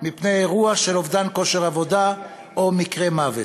מפני אירוע של אובדן כושר עבודה או מקרה מוות.